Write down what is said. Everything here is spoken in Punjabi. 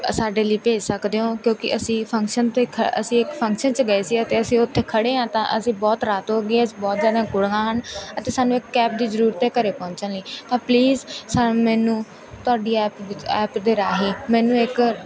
ਸਾਡੇ ਲਈ ਭੇਜ ਸਕਦੇ ਹੋ ਕਿਉਂਕਿ ਅਸੀਂ ਫੰਕਸ਼ਨ 'ਤੇ ਖ ਅਸੀਂ ਇੱਕ ਫੰਕਸ਼ਨ 'ਚ ਗਏ ਸੀ ਅਤੇ ਅਸੀਂ ਉੱਥੇ ਖੜੇ ਹਾਂ ਤਾਂ ਅਸੀਂ ਬਹੁਤ ਰਾਤ ਹੋ ਗਈ ਹੈ ਅਸੀਂ ਬਹੁਤ ਜ਼ਿਆਦਾ ਕੁੜੀਆਂ ਹਨ ਅਤੇ ਸਾਨੂੰ ਇੱਕ ਕੈਬ ਦੀ ਜ਼ਰੂਰਤ ਹੈ ਘਰ ਪਹੁੰਚਣ ਲਈ ਤਾਂ ਪਲੀਜ਼ ਸਾ ਮੈਨੂੰ ਤੁਹਾਡੀ ਐਪ ਵਿੱਚ ਐਪ ਦੇ ਰਾਹੀਂ ਮੈਨੂੰ ਇੱਕ